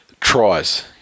Tries